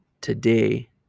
today